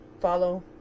follow